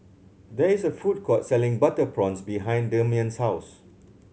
there is a food court selling butter prawns behind Demian's house